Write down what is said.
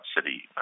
city